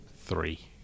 three